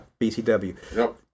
BCW